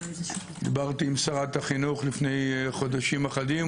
דיברתי עם שרת החינוך לפני חודשים אחדים.